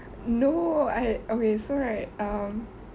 no I okay so right um